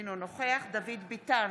אינו נוכח דוד ביטן,